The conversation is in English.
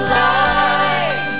life